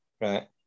Right